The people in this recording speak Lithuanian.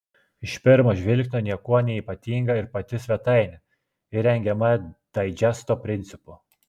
iš pirmo žvilgsnio niekuo neypatinga ir pati svetainė ji rengiama daidžesto principu